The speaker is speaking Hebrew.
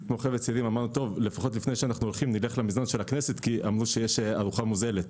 אמרנו: לפני שהולכים נלך למזנון הכנסת כי אמרו שיש ארוחה מוזלת.